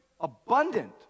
abundant